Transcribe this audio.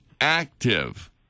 active